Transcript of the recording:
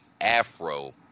afro